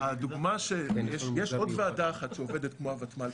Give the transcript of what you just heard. יש עוד ועדה אחת שעובדת כמו הוותמ"ל,